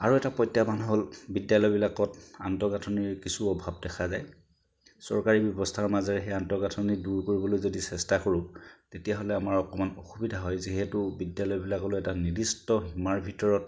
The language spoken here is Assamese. আৰু এটা প্ৰত্যাহ্বান হ'ল বিদ্যালয়বিলাকত আন্তঃগাঁথনিৰ কিছু অভাৱ দেখা যায় চৰকাৰী ব্যৱস্থাৰ মাজেৰে সেই আন্তঃগাঁথনি দূৰ কৰিবলৈ যদি চেষ্টা কৰোঁ তেতিয়াহ'লে আমাৰ অকণমান অসুবিধা হয় যিহেতু বিদ্যালয়বিলাকলৈ এটা নিৰ্দিষ্ট সীমাৰ ভিতৰত